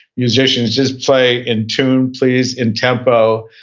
musicians, just play in tune please, in tempo.